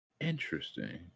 interesting